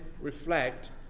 reflect